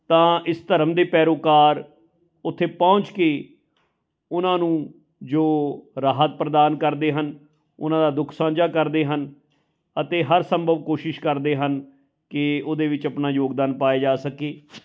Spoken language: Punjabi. ਤਾਂ ਇਸ ਧਰਮ ਦੇ ਪੈਰੋਕਾਰ ਉੱਥੇ ਪਹੁੰਚ ਕੇ ਉਹਨਾਂ ਨੂੰ ਜੋ ਰਾਹਤ ਪ੍ਰਦਾਨ ਕਰਦੇ ਹਨ ਉਹਨਾਂ ਦਾ ਦੁੱਖ ਸਾਂਝਾ ਕਰਦੇ ਹਨ ਅਤੇ ਹਰ ਸੰਭਵ ਕੋਸ਼ਿਸ਼ ਕਰਦੇ ਹਨ ਕਿ ਉਹਦੇ ਵਿੱਚ ਆਪਣਾ ਯੋਗਦਾਨ ਪਾਇਆ ਜਾ ਸਕੇ